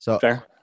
Fair